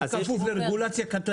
מי נציג משרד האוצר כאן בדיון?